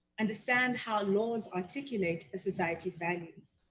understand how laws articulate a society's values.